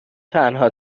تنها